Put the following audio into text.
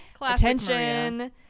attention